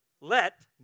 Let